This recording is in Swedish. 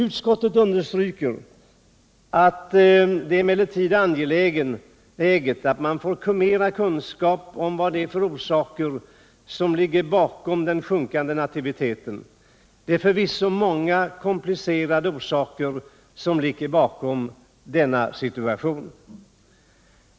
Utskottet understryker att det är angeläget att man får mera kunskap om vad det är för orsaker som ligger bakom den sjunkande nativiteten. Det är förvisso många komplicerade orsaker som ligger bakom denna situation.